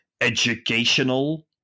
educational